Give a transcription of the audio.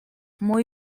muy